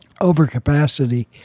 overcapacity